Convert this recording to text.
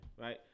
right